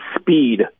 speed